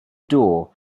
door